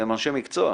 אתם אנשי מקצוע,